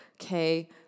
okay